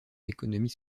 d’économie